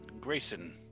Grayson